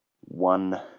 one